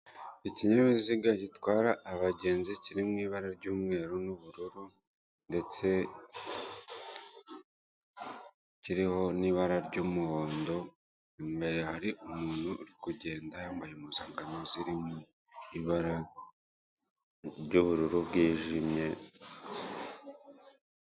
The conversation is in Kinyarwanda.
Ikinyabiziga gitwara abagenzi kiri mu ibara ry'umweru n'ubururu ndetse kiriho n'ibara ry'umuhondo, imbere hari umuntu uri kugenda yambaye impuzankano ziri mu ibara ry'ubururu bwijimye.